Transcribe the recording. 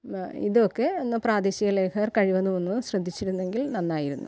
ഇതൊക്കെയൊന്ന് പ്രാദേശിക ലേഖകർ കഴിവതുമൊന്ന് ശ്രദ്ധിച്ചിരുന്നെങ്കിൽ നന്നായിരുന്നു